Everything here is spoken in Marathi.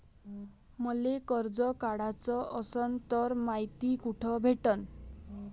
मले कर्ज काढाच असनं तर मायती कुठ भेटनं?